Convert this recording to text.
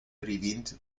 privind